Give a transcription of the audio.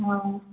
ହଁ ହଁ